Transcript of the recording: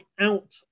out